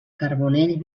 carbonell